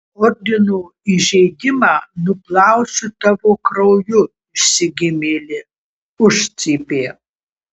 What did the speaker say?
ordino įžeidimą nuplausiu tavo krauju išsigimėli užcypė